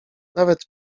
nawet